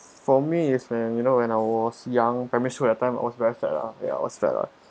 for me is when you know when I was young primary school that time I was very fat lah ya I was fat lah